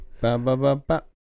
Ba-ba-ba-ba